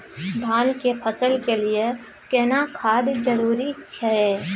धान के फसल के लिये केना खाद जरूरी छै?